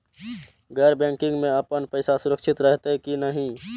गैर बैकिंग में अपन पैसा सुरक्षित रहैत कि नहिं?